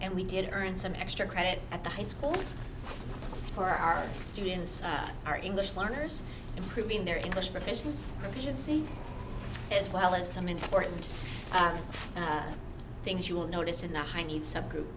and we did earn some extra credit at the high school for our students our english learners improving their english proficiency regency as well as some important things you will notice in the high need subgroup